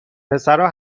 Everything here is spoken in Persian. پسرا